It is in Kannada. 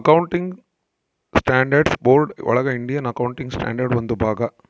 ಅಕೌಂಟಿಂಗ್ ಸ್ಟ್ಯಾಂಡರ್ಡ್ಸ್ ಬೋರ್ಡ್ ಒಳಗ ಇಂಡಿಯನ್ ಅಕೌಂಟಿಂಗ್ ಸ್ಟ್ಯಾಂಡರ್ಡ್ ಒಂದು ಭಾಗ